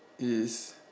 is